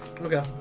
Okay